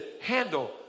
handle